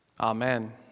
Amen